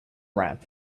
ramp